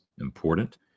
important